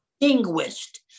Distinguished